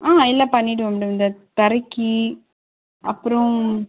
ஆ எல்லாம் பண்ணிடுவோம் மேடம் இந்த தரைக்கு அப்புறம்